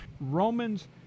Romans